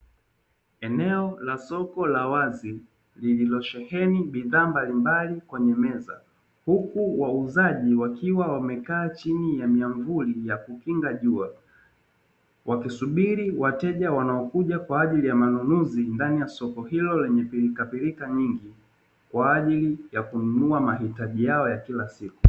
Eneo la soko la wazi, lililo sheheni bidhaa mbalimbali kwenye meza, huku wauzaji wakiwa wamekaa chini ya myavuli ya kukinga jua, wakusubiri wateja wanaokuja kwa ajili ya manunuzi ndani ya soko hilo lenye pilikapilika nyingi, kwa ajili ya kununua mahitaji yao ya kila siku.